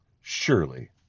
surely